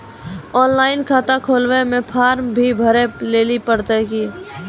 Online खाता खोलवे मे फोर्म भी भरे लेली पड़त यो?